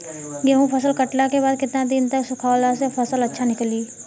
गेंहू फसल कटला के बाद केतना दिन तक सुखावला से फसल अच्छा निकली?